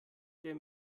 der